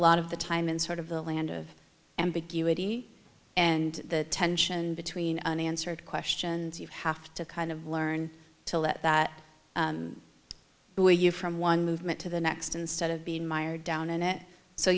lot of the time in sort of the land of ambiguity and the tension between unanswered questions you have to kind of learn to let that the way you from one movement to the next instead of being mired down in it so